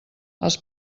els